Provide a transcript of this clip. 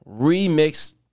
Remix